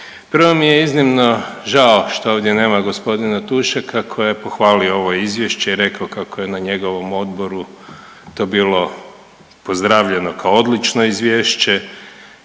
Prvo mi je iznimno žao što ovdje nema g. Tušeka koji je pohvalio ovo izvješća i rekao kako je na njegovom odboru to bilo pozdravljeno kao odlično izvješće,